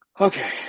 okay